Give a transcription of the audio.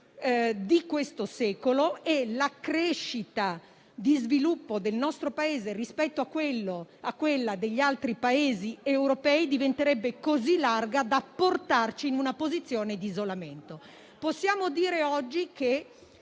di questo secolo e la crescita di sviluppo del nostro Paese rispetto a quella degli altri Paesi europei diventerebbe così larga da portarci in una posizione di isolamento. Possiamo dire oggi che,